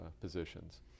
positions